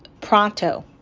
pronto